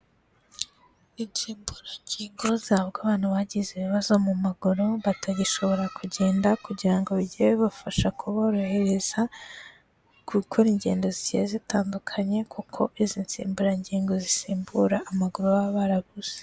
Insimburangingo zihabwa abantu bagize ibibazo mu maguru batagishobora kugenda, kugira ngo bijye bibafasha kuborohereza gukora ingendo zigiye zitandukanye, kuko izi nsimburangingo zisimbura amaguru baba barabuze.